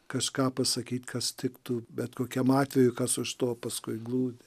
kažką pasakyt kas tiktų bet kokiam atvejui kas už to paskui glūdi